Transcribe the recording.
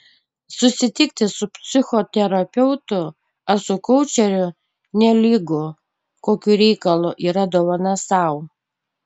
susitikti su psichoterapeutu ar su koučeriu nelygu kokiu reikalu yra dovana sau